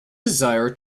desire